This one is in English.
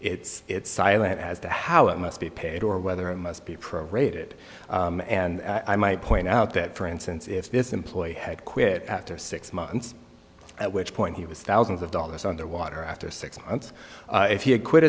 it's it's silent as to how it must be paid or whether it must be pro rated and i might point out that for instance if this employee had quit after six months at which point he was thousands of dollars underwater after six months if you quit